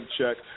Check